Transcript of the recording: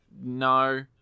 No